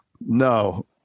No